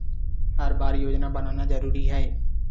हर बार योजना बनाना जरूरी है?